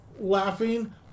laughing